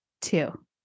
two